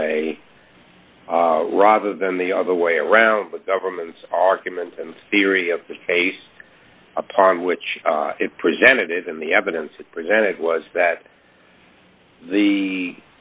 away rather than the other way around the government's argument and theory of the case upon which it presented it in the evidence presented was that the